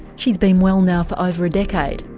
she's been well now for over a decade.